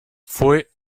fue